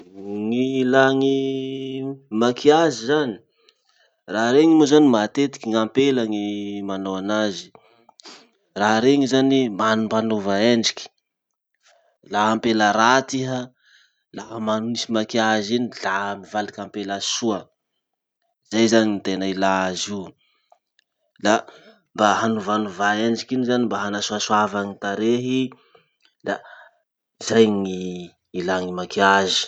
Ny ilà ny maquillage zany. Raha reny moa zany matetiky gn'apela gny manao anazy, raha reny zany mampanova endriky, laha ampela raty iha laha manisy makiazy iny la mivaliky ampela soa. Zay zany ny tena ilà azy io. Da mba hanovanova endriky iny zany mba hanasoasoava ny tarehy, da zay ny ilà ny makiazy.